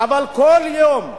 אבל כל יום,